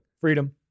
freedom